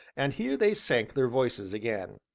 and here they sank their voices again.